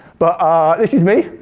but ah this is me.